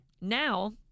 now